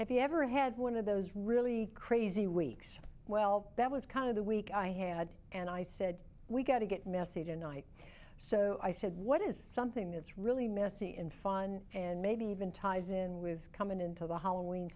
if you ever had one of those really crazy weeks well that was kind of the week i had and i said we got to get messy tonight so i said what is something that's really messy and fun and maybe even ties in with coming into the hollow